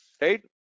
right